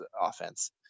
offense